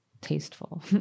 tasteful